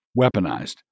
weaponized